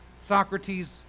Socrates